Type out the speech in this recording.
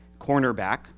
cornerback